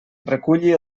reculli